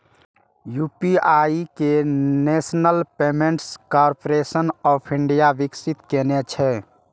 UPI कें national payments corporation of India विकसित केने छै